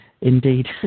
indeed